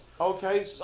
Okay